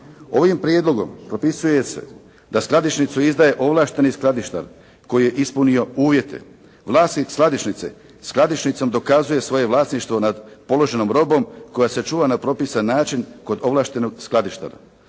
Ovim prijedlogom propisuje se da skladišnicu izdaje ovlašteni skladištar koji je ispunio uvjete, vlasnik skladišnice skladišnicom dokazuje svoje vlasništvo nad odloženom robom koja se čuva na propisan način kod ovlaštenog skladištara.